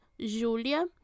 Julia